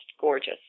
gorgeous